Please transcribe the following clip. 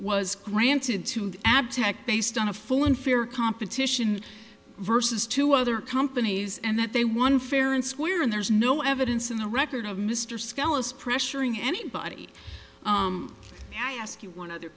was granted to add to based on a full and fair competition versus two other companies and that they won fair and square and there's no evidence in the record of mr skelos pressuring anybody i ask you one other